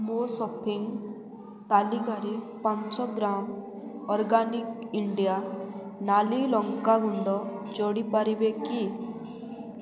ମୋ ସପିଂ ତାଲିକାରେ ପାଞ୍ଚ ଗ୍ରାମ ଅର୍ଗାନିକ୍ ଇଣ୍ଡିଆ ନାଲି ଲଙ୍କା ଗୁଣ୍ଡ ଯୋଡ଼ିପାରିବେ କି